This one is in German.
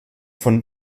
von